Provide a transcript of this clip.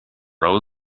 roll